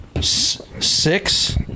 six